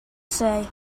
say